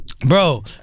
bro